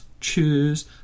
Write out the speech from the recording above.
choose